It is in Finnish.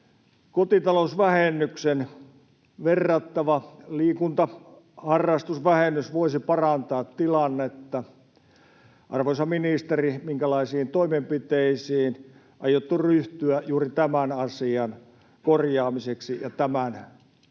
Kotitalousvähennykseen verrattava liikuntaharrastusvähennys voisi parantaa tilannetta. Arvoisa ministeri, minkälaisiin toimenpiteisiin aiotte ryhtyä juuri tämän asian korjaamiseksi tämän kauden